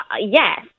yes